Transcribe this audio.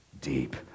deep